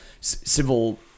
civil